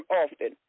often